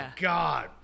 God